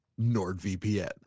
NordVPN